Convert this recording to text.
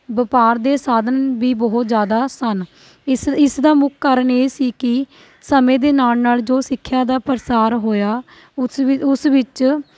ਵਪਾਰ ਦੇ ਸਾਧਨ ਵੀ ਬਹੁਤ ਜ਼ਿਆਦਾ ਸਨ ਇਸ ਇਸ ਦਾ ਮੁੱਖ ਕਾਰਨ ਇਹ ਸੀ ਕਿ ਸਮੇਂ ਦੇ ਨਾਲ ਨਾਲ ਜੋ ਸਿੱਖਿਆ ਦਾ ਪ੍ਰਸਾਰ ਹੋਇਆ ਉਸ ਵੀ ਉਸ ਵਿੱਚ